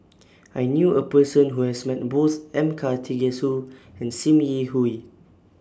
I knew A Person Who has Met Both M Karthigesu and SIM Yi Hui